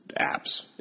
apps